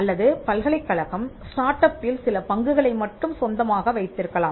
அல்லது பல்கலைக்கழகம் ஸ்டார்ட் அப்பில் சில பங்குகளை மட்டும் சொந்தமாக வைத்திருக்கலாம்